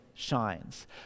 shines